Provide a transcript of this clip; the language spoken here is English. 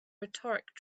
rhetoric